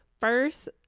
First